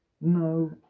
No